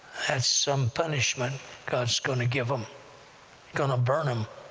and some punishment god's gonna give them gonna burn em,